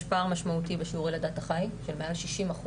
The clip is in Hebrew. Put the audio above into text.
יש פער משמעותי בשיעורי לידת החי של 160%